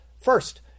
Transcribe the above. First